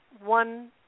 one